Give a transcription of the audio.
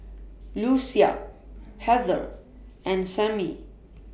Lucia Heather and Samie